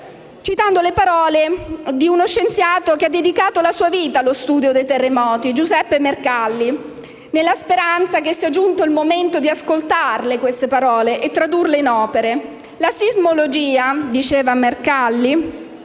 citando le parole di uno scienziato che ha dedicato la sua vita allo studio dei terremoti, Giuseppe Mercalli, nella speranza che sia giunto il momento di ascoltare queste parole e di tradurle in opere: «La sismologia non sa dire